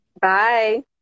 bye